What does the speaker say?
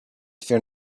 fear